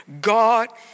God